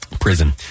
prison